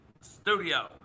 Studio